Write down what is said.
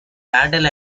battle